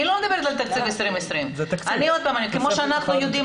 אני לא מדברת על תקציב 2020. כמו שאנחנו יודעים